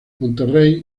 monterrey